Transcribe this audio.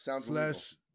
Slash